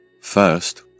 First